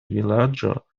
vilaĝo